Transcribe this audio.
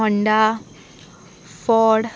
Honda ford